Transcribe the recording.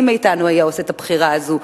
מי מאתנו היה עושה את הבחירה הזאת,